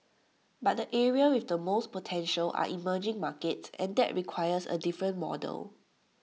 but the areas with the most potential are emerging markets and that requires A different model